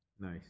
Nice